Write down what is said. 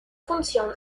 función